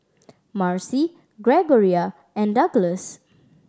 Marcy Gregoria and Douglass